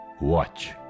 watch